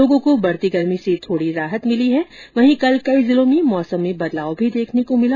लोगों को बढ़ती गर्मी से थोड़ी राहत मिली है वहीं कल कई जिलों में मौसम में बदलाव भी देखने को मिला